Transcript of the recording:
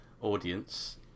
audience